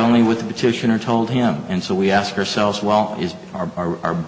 only with the petitioner told him and so we ask ourselves well is are